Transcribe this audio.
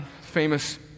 famous